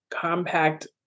compact